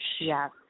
Yes